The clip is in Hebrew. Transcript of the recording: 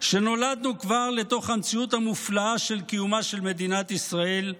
שנולדנו כבר לתוך המציאות המופלאה של קיומה של מדינת ישראל,